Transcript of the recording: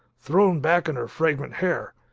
thrown back in her fragrant hair.